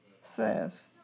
says